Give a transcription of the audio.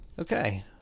Okay